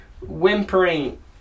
Whimpering